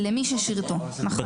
למי ששירתו, נכון.